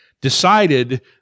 decided